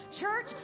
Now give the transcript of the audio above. Church